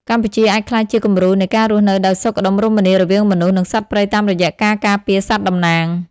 កម្ពុជាអាចក្លាយជាគំរូនៃការរស់នៅដោយសុខដុមរមនារវាងមនុស្ស និងសត្វព្រៃតាមរយៈការការពារសត្វតំណាង។